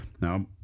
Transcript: Now